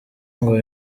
ngo